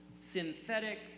synthetic